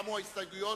עכשיו הסתייגות